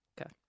okay